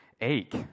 ache